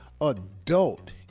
adult